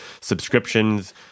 subscriptions